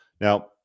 Now